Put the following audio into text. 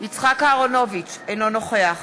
יצחק אהרונוביץ, אינו נוכח